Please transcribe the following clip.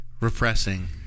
repressing